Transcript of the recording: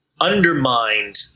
undermined